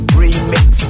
remix